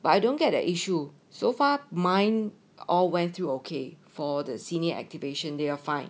but I don't get the issue so far mine all went through okay for the senior activation they are fine